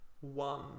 one